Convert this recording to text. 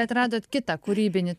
atradot kitą kūrybinį